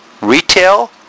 retail